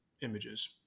images